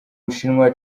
bushinwa